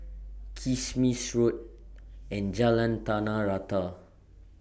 Kismis Road and Jalan Tanah Rata